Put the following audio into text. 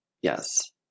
Yes